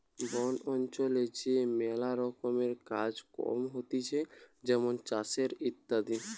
বন অঞ্চলে যে ম্যালা রকমের কাজ কম হতিছে যেমন চাষের ইত্যাদি